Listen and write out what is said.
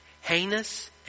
heinous